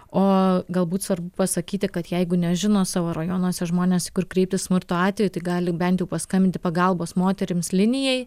o galbūt svarbu pasakyti kad jeigu nežino savo rajonuose žmonės kur kreiptis smurto atveju tai gali bent jau paskambinti pagalbos moterims linijai